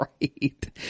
Right